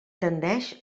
tendeix